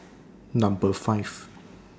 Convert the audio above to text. Number five